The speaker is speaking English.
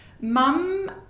Mum